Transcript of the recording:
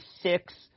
six